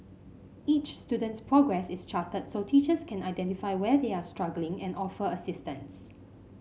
each student's progress is charted so teachers can identify where they are struggling and offer assistance